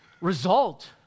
result